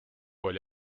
oli